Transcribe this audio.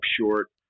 short